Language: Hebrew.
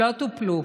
לא טופלו,